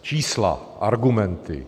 Čísla, argumenty.